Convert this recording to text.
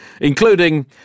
including